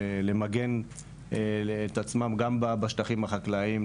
למגן את עצמם גם בשטחים החקלאים,